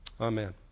Amen